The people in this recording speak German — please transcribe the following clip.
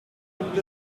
gibt